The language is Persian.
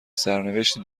سرنوشتی